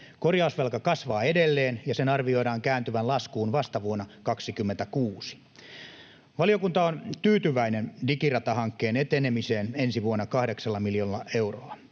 Korjausvelka kasvaa edelleen, ja sen arvioidaan kääntyvän laskuun vasta vuonna 26. Valiokunta on tyytyväinen Digirata-hankkeen etenemiseen ensi vuonna 8 miljoonalla eurolla.